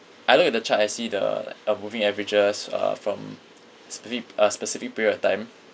I look at the chart I see the uh moving averages uh from spe~ uh specific period of time